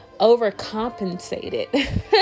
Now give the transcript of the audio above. overcompensated